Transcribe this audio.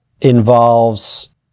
involves